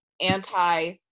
anti